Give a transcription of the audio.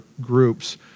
groups